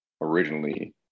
originally